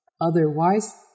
Otherwise